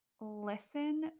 listen